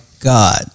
God